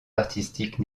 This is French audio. artistiques